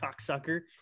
cocksucker